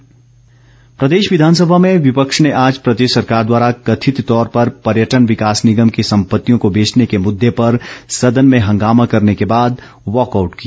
Waugh कआउट प्रदेश विघानसभा में विपक्ष ने आज प्रदेश सरकार द्वारा कथित तौर पर पर्यटन विकास निगम की संपत्तियों को बेचने के मुद्दे पर सदन में हंगामा करने के बाद वाकआउट किया